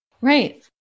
right